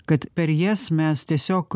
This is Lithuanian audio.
kad per jas mes tiesiog